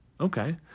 okay